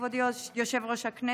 כבוד יושב-ראש הכנסת,